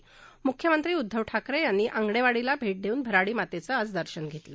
आज म्ख्यमंत्री उद्धव ठाकरे यांनी आंगणेवाडीलाभेट देऊन भराडी मातेचं दर्शन घेतलं